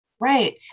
Right